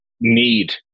need